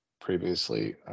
previously